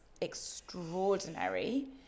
extraordinary